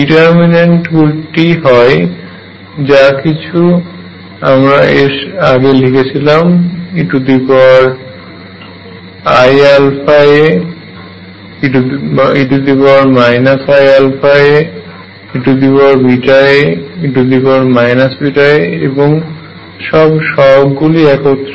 determinant টি হয় যা কিছু আমরা এর আগে লিখেছিলাম eiαa e iαa eβa e βa এবং সব সহগ গুলি একত্রে